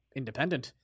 independent